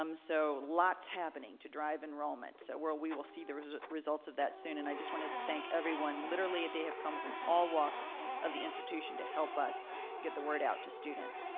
um so lots happening to drive enrollment so we will see the results of that soon and i just wanted to thank everyone. literally they have come from all walks of the institution to help us get the word out to students.